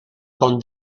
con